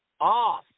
off